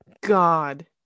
god